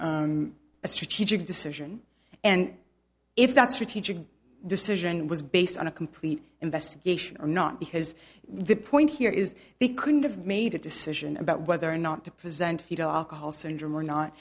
strategic decision and if that strategic decision was based on a complete investigation or not because the point here is he couldn't have made a decision about whether or not to present fetal alcohol syndrome or not